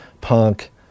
punk